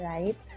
Right